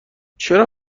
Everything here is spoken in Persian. چرا